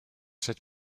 cette